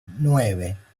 nueve